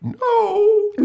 No